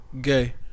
Gay